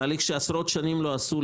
שזה תהליך שעשרות שנים לא עשו,